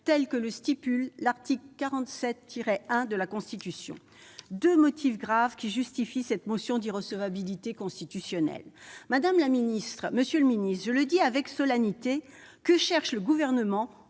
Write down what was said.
telle que prévue à l'article 47-1 de la Constitution. Deux motifs graves qui justifient cette motion d'irrecevabilité constitutionnelle. Madame la ministre, monsieur le secrétaire d'État, je le dis avec solennité : que cherche le Gouvernement